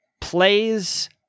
plays